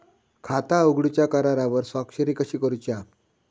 खाता उघडूच्या करारावर स्वाक्षरी कशी करूची हा?